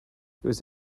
was